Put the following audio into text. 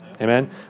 Amen